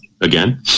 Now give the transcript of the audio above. again